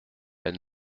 elle